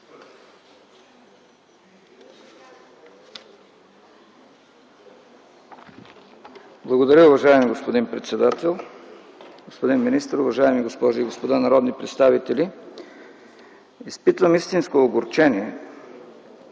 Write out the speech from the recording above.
Благодаря, уважаеми господин председател. Господин министър, уважаеми госпожи и господа народни представители! Изпитвам истинско огорчение,